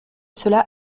cela